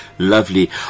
lovely